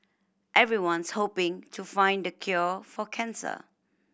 everyone's hoping to find the cure for cancer